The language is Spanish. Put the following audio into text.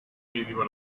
mínimo